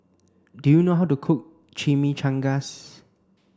do you know how to cook Chimichangas